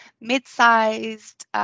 mid-sized